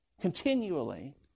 continually